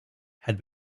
had